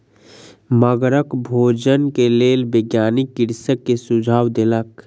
मगरक भोजन के लेल वैज्ञानिक कृषक के सुझाव देलक